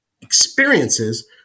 experiences